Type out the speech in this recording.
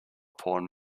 porn